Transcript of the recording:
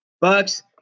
bucks